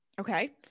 Okay